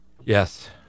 Yes